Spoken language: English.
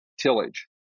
tillage